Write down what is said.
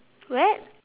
what